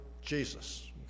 Jesus